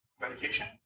Medication